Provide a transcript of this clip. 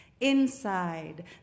Inside